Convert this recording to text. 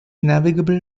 navigable